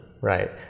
Right